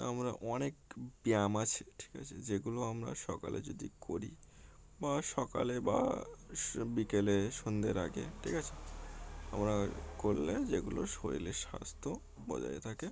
আমরা অনেক ব্যায়াম আছে ঠিক আছে যেগুলো আমরা সকালে যদি করি বা সকালে বা বিকেলে সন্ধ্যের আগে ঠিক আছে আমরা করলে যেগুলো শরীরের স্বাস্থ্য বজায় থাকে